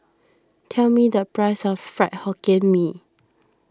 tell me the price of Fried Hokkien Mee